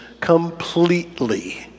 completely